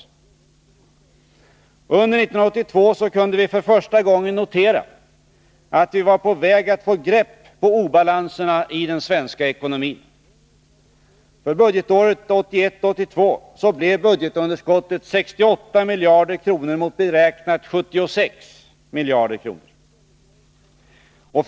Under 1982 kunde vi för första gången notera att vi var på väg att få grepp på obalanserna i den svenska ekonomin. För budgetåret 1981/82 blev budgetunderskottet 68 miljarder kronor mot beräknat 76 miljarder kronor.